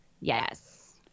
Yes